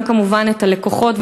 גם כמובן את הלקוחות,